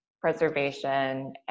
preservation